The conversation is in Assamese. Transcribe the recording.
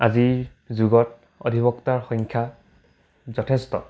আজিৰ যুগত অধিবক্তাৰ সংখ্যা যথেষ্ট